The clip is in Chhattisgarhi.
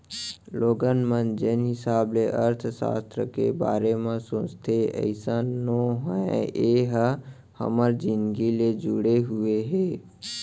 लोगन मन जेन हिसाब ले अर्थसास्त्र के बारे म सोचथे अइसन नो हय ए ह हमर जिनगी ले जुड़े हुए हे